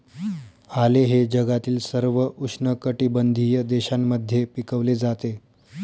आले हे जगातील सर्व उष्णकटिबंधीय देशांमध्ये पिकवले जाते